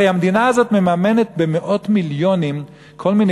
הרי המדינה הזאת מממנת במאות מיליונים כל מיני